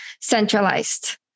centralized